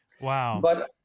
Wow